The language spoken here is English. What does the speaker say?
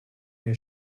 your